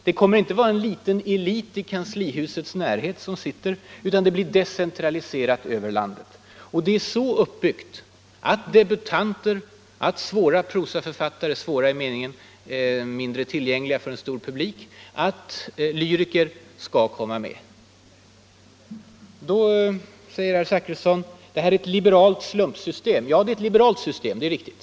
Det kommer inte att vara en liten elit i kanslihusets närhet som beslutar. Det blir decentraliserat över landet. Och systemet är så uppbyggt att debutanter, att svåra prosaförfattare — svåra i meningen mindre tillgängliga för en stor publik — och lyriker skall komma med. Herr Zachrisson säger att det här är ett ”liberalt slumpsystem”. Ja, det är ett liberalt system; det är riktigt.